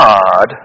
God